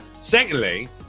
Secondly